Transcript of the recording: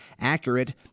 accurate